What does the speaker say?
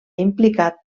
implicat